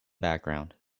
background